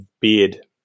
beard